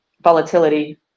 volatility